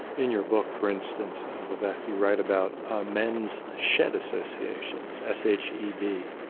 in your book, for instance, ah vivek, you write about ah men's shed associations, s h e d,